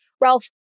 Ralph